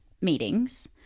meetings